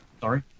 sorry